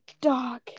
dog